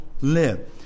live